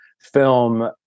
film